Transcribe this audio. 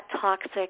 toxic